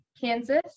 Kansas